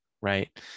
right